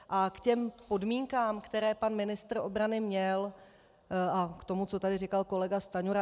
A k těm podmínkám, které pan ministr obrany měl, a k tomu, co tady říkal kolega Stanjura.